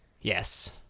Yes